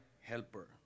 helper